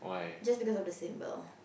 just because of the symbol